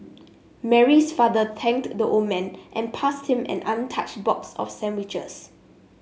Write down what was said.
Mary's father thanked the old man and passed him an untouched box of sandwiches